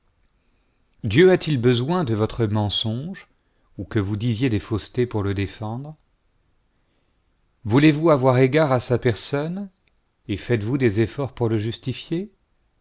dieu a-t-il besoin de votre mensonge ou que vous disiez des faussetés pour le défendre voulez-vous avoir égard à sa personne et faites-vous des efforts pour le justifier